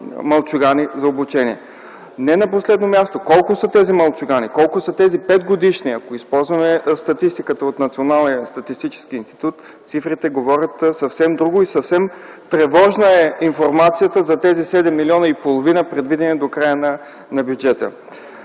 малчугани за обучение. Не на последно място – колко са тези малчугани, колко са тези петгодишни? Ако използваме статистиката от Националния статистически институт, цифрите говорят съвсем друго и съвсем тревожна е информацията за тези 7,5 милиона, предвидени до края на бюджета.